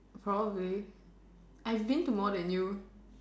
probably I've been to more than you